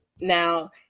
Now